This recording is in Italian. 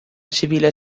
civile